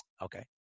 Okay